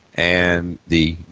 and the,